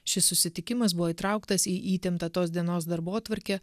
šis susitikimas buvo įtrauktas į įtemptą tos dienos darbotvarkę